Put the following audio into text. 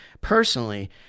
personally